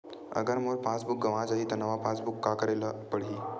अगर मोर passbook गवां जाहि त नवा पास बुक बर का करे ल पड़हि?